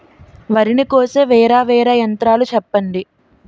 వరి ని కోసే వేరా వేరా యంత్రాలు చెప్పండి?